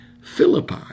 Philippi